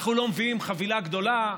אנחנו לא מביאים חבילה גדולה,